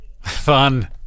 fun